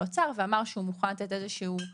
את איזה אנחנו